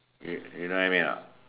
you you know what I mean anot